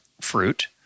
fruit